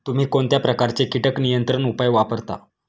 तुम्ही कोणत्या प्रकारचे कीटक नियंत्रण उपाय वापरता?